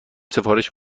سفارش